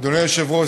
אדוני היושב-ראש,